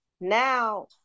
now